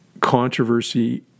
controversy